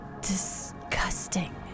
disgusting